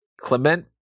Clement